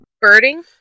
birding